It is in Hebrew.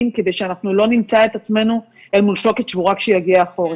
כדי שאנחנו לא נמצא את עצמנו אל מול שוקת שבורה כשיגיע החורף.